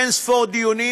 באין-ספור דיונים,